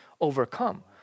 overcome